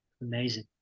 amazing